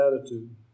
attitude